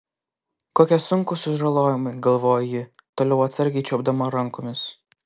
kokie sunkūs sužalojimai galvojo ji toliau atsargiai čiuopdama rankomis